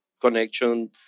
connection